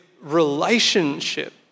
relationship